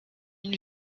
une